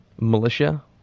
militia